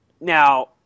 Now